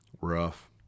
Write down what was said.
Rough